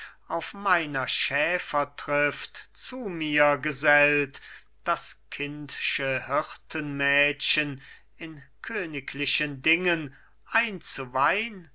auf meiner schäfertrift zu mir gesellt das kindsche hirtenmädchen in königlichen dingen einzuweihn